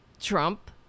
Trump